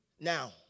now